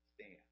stand